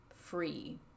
free